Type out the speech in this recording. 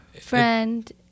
Friend